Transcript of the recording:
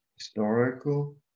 historical